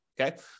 okay